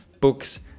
books